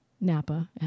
Napa